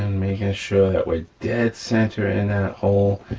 and making sure that we're dead center in that hole,